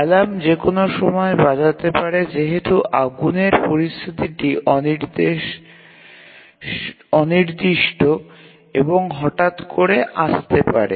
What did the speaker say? alarm যেকোনো সময় বাজতে পারে যেহেতু আগুনের পরিস্থিতিটি অনির্দেশ্য এবং হটাৎ করে আসতে পারে